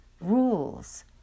rules